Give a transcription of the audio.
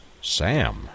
Sam